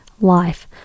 life